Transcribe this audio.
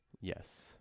Yes